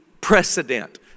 precedent